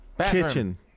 kitchen